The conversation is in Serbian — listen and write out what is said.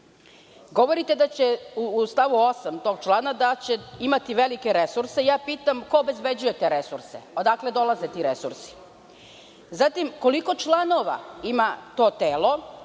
Govorite da će, u stavu 8. tog člana, da će imati velike resurse. Ja pitam – ko obezbeđuje te resurse? Odakle dolaze ti resursi? Zatim, koliko članova ima to telo?